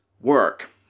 work